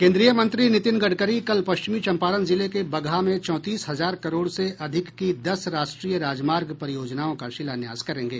केंद्रीय मंत्री नितिन गडकरी कल पश्चिमी चंपारण जिले के बगहा में चौंतीस हजार करोड़ से अधिक की दस राष्ट्रीय राजमार्ग परियोजनाओं का शिलान्यास करेंगे